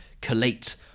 collate